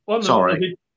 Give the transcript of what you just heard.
Sorry